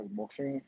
boxing